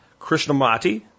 Krishnamati